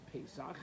Pesach